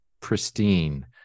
pristine